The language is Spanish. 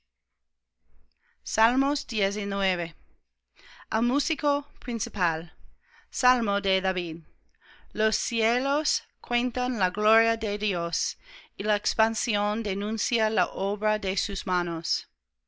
para siempre al músico principal salmo de david los cielos cuentan la gloria de dios y la expansión denuncia la obra de sus manos